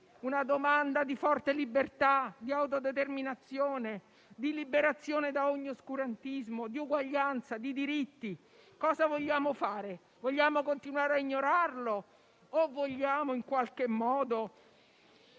una domanda forte di libertà, autodeterminazione, liberazione da ogni oscurantismo, di uguaglianza di diritti. Cosa vogliamo fare? Vogliamo continuare a ignorarla o vogliamo fare in modo